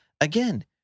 again